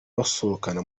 basohokana